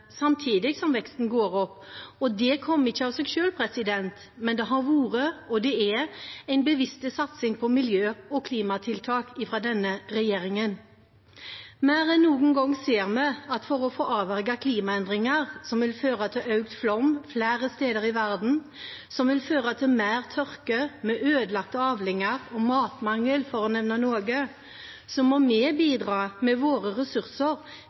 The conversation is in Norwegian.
samtidig som veksten går opp. Det kommer ikke av seg selv, det har vært og er en bevisst satsing på miljø- og klimatiltak fra denne regjeringen. Mer enn noen gang ser vi at for å få avverget klimaendringer som vil føre til økt flom flere steder i verden, som vil føre til mer tørke, med ødelagte avlinger og matmangel, for nevne noe, må vi bidra med våre ressurser